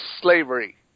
slavery